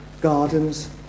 Gardens